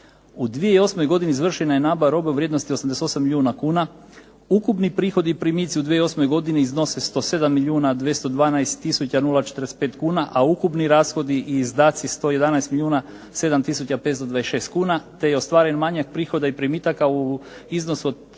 U 2008. godini izvršena je nabava robe u vrijednosti od 88 milijuna kuna. Ukupni prihodi i primici u 2008. godini iznose 107 milijuna 212 tisuća 045 kuna a ukupni rashodi i izdaci 111 milijuna 7 tisuća 526 kuna te je ostvaren manjak prihoda i primitaka u iznosu od